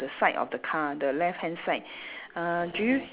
the side of the car the left hand side uh do you